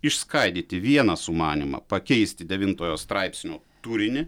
išskaidyti vieną sumanymą pakeisti devintojo straipsnio turinį